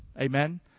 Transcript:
Amen